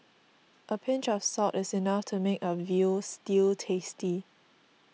a pinch of salt is enough to make a Veal Stew tasty